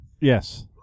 Yes